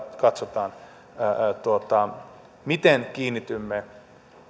katsomme miten kiinnitymme